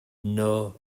nor